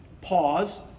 pause